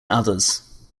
others